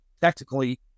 technically